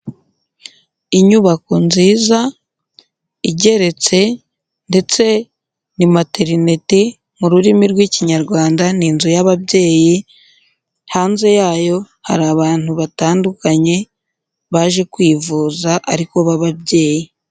Inyubako nziza igeretse ndetse ni materineti mu rurimi rw'ikinyarwanda, ni inzu y'ababyeyi hanze yayo hari abantu batandukanye baje kwivuza ariko b'ababyeyi.